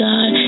God